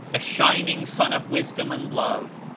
a shining sun of wisdom and love,